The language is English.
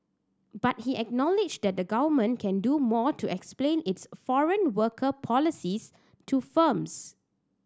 but he acknowledged that the Government can do more to explain its foreign worker policies to firms